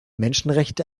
menschenrechte